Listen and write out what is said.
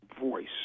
voice